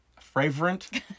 fragrant